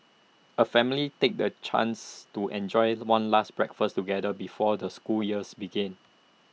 A family takes the chance to enjoy The One last breakfast together before the school years begins